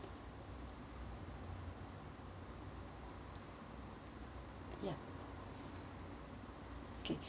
ya okay